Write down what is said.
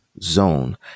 zone